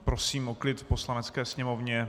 Prosím o klid v Poslanecké sněmovně.